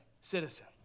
citizen